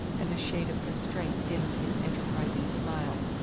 and a shade of constraint dimmed his enterprising smile.